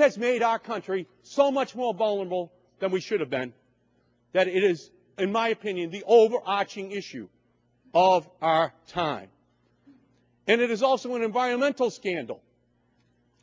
that has made our country so much more vulnerable than we should have been that is in my opinion the overarching issue of our time and it is also an environmental scandal